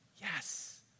Yes